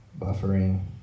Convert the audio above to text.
Buffering